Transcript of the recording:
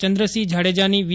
ચંદ્રસિંહ જાડેજાની વી